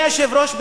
אדוני היושב-ראש,